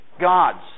gods